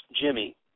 Jimmy